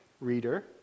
reader